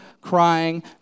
crying